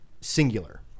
singular